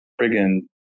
friggin